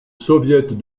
soviet